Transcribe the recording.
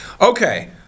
okay